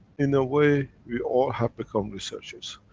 in a way, we all have become researchers.